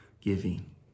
giving